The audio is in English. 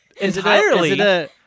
entirely